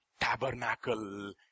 tabernacle